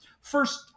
first